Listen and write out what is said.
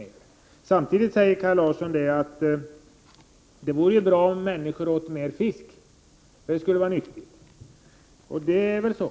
Men samtidigt säger Kaj Larsson att det vore bra om människor åt mer fisk, för det skulle vara nyttigt. Det är väl så.